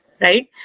right